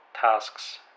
tasks